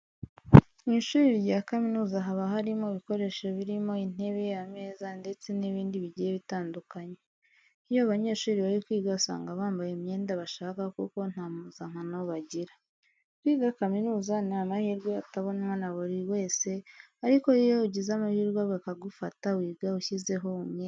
Mu ishuri rya kaminuza haba harimo ibikoresho birimo intebe, ameza ndetse n'ibindi bigiye bitandukanye. Iyo abanyeshuri bari kwiga usanga bambaye imyenda bashaka kuko nta mpuzankano bagira. Kwiga kaminuza ni amahirwe atabonwa na buri wese ariko iyo ugize amahirwe bakagufata wiga ushyizeho umwete.